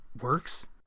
works